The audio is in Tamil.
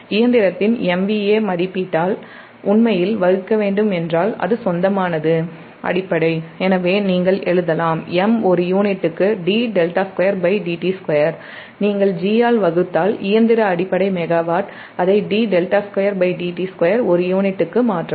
இயந்திரத்தின் MVA மதிப்பீட்டால் உண்மையில் வகுக்க வேண்டும் என்றால் அது சொந்தமான அடிப்படை எனவே நீங்கள் எழுதலாம் M ஒரு யூனிட்டுக்கு நீங்கள் G ஆல் வகுத்தால் இயந்திர அடிப்படை மெகாவாட்அதை ஒரு யூனிட்டுக்கு மாற்றவும்